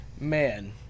man